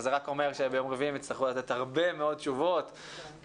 וזה רק אומר שביום רביעי הם יצטרכו לתת הרבה מאוד תשובות לכולנו,